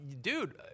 dude